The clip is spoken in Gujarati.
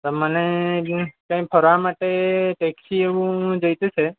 તો મને કંઈક ફરવા માટે ટેક્સી એવું જોઈતું છે